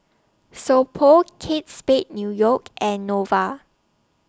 So Pho Kate Spade New York and Nova